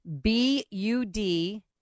B-U-D-